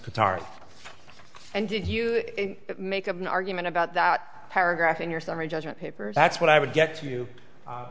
cathari and did you make an argument about that paragraph in your summary judgment paper that's what i would get you